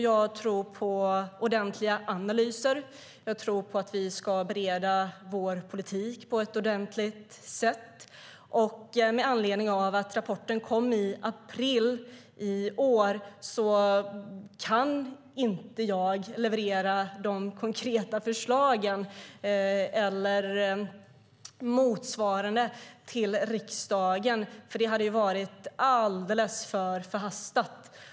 Jag tror på ordentliga analyser. Jag tror på att vi ska bereda vår politik på ett ordentligt sätt. Och med anledning av att rapporten kom i april i år kan jag inte leverera konkreta förslag eller motsvarande till riksdagen. Det hade varit alldeles för förhastat.